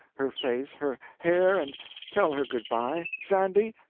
her face, her hair, and tell her good-bye. sandy!